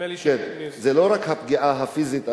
זה לא רק הפגיעה הפיזית,